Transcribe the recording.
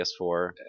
PS4